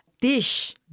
dish